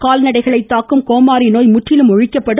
கால்நடைகளை தாக்கும் கோமாரி நோய் முற்றிலும் ஒழிக்கப்படும்